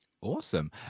awesome